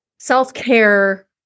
Self-care